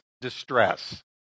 distress